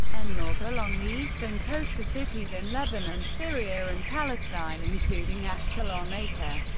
and north along the eastern coast to cities in lebanon, syria and palestine, including ashkelon, acre,